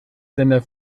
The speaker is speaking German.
sender